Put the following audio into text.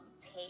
take